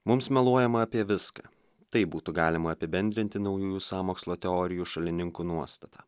mums meluojama apie viską taip būtų galima apibendrinti naujųjų sąmokslo teorijų šalininkų nuostatą